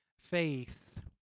faith